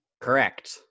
Correct